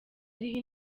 ariho